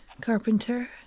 Carpenter